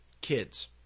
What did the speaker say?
Kids